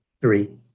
three